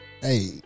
hey